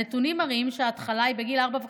הנתונים מראים שההתחלה היא בגיל ארבע וחצי.